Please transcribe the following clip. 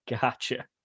Gotcha